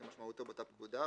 כמשמעותו באותה פקודה,